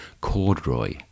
corduroy